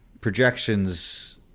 projections